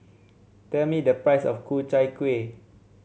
tell me the price of Ku Chai Kuih